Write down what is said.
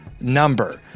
number